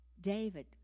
David